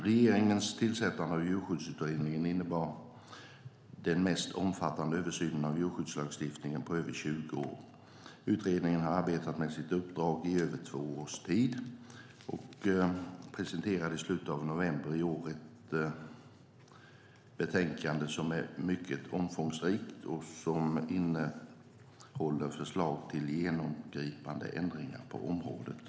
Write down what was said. Regeringens tillsättande av Djurskyddsutredningen innebar den mest omfattande översynen av djurskyddslagstiftningen på över 20 år. Utredningen har arbetat med sitt uppdrag i över två års tid och presenterade i slutet av november i år ett betänkande som är mycket omfångsrikt och som innehåller förslag till genomgripande ändringar på området.